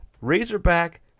Razorback